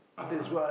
(uh huh)